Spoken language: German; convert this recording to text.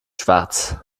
schwarz